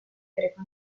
greco